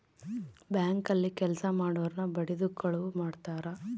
bank ಅಲ್ಲಿ ಕೆಲ್ಸ ಮಾಡೊರ್ನ ಬಡಿದು ಕಳುವ್ ಮಾಡ್ತಾರ